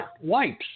Wipes